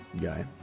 guy